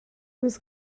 was